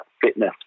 fitness